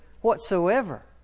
whatsoever